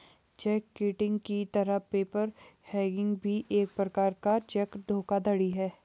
check kiting की तरह paper hanging भी एक प्रकार का चेक धोखाधड़ी है